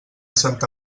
santa